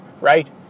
Right